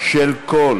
של כל